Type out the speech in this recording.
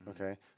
Okay